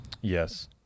Yes